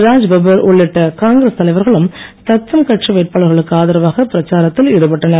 ராஜ் பப்பர் உள்ளிட்ட காங்கிரஸ் தலைவர்களும் தத்தம் கட்சி வேட்பாளர்களுக்கு ஆதரவாக பிரச்சாரத்தில் ஈடுபட்டனர்